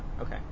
okay